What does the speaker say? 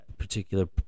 Particular